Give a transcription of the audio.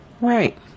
Right